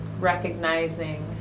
recognizing